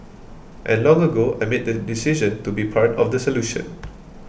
and long ago I made the decision to be part of the solution